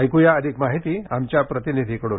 ऐकुया अधिक माहिती आमच्या प्रतिनिधीकडून